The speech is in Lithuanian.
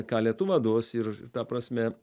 ką lietuva duos ir ta prasme